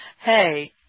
Hey